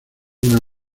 una